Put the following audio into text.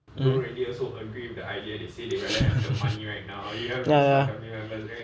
mm ya ya